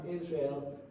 Israel